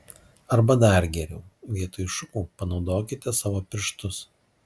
arba dar geriau vietoj šukų panaudokite savo pirštus